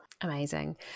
amazing